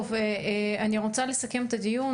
אני רוצה לסכם את הדיון,